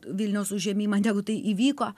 vilniaus užėmimą negu tai įvyko